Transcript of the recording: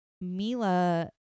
mila